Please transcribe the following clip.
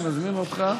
אני מזמין אותך,